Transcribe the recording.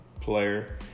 player